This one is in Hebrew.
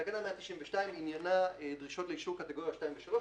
תקנה 192 עניינה דרישות לאישור קטגוריה 2 ו-3.